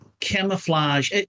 camouflage